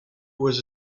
was